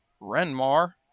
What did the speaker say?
Renmar